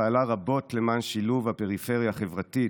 פעלה רבות למען שילוב הפריפריה החברתית,